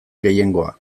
gehiengoa